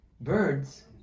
Birds